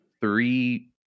three